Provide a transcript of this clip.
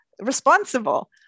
responsible